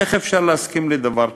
איך אפשר להסכים עם דבר כזה?